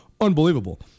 Unbelievable